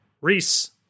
reese